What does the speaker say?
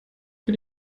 für